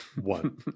one